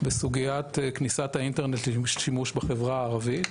בסוגיית כניסת האינטרנט לשימוש בחברה הערבית.